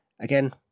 again